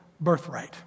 birthright